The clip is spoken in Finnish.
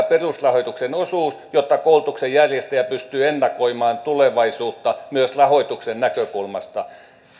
perusrahoituksen osuus jotta koulutuksen järjestäjä pystyy ennakoimaan tulevaisuutta myös rahoituksen näkökulmasta